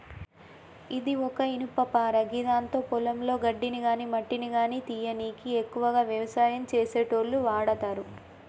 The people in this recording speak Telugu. ఇది ఒక ఇనుపపార గిదాంతో పొలంలో గడ్డిని గాని మట్టిని గానీ తీయనీకి ఎక్కువగా వ్యవసాయం చేసేటోళ్లు వాడతరు